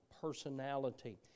personality